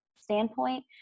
standpoint